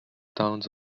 towns